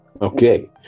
Okay